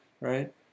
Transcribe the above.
right